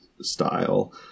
style